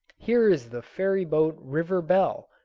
here is the ferry-boat river bell,